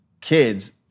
kids